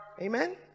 Amen